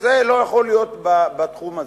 זה לא יכול להיות בתחום הזה.